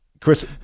Chris